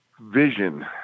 Vision